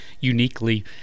uniquely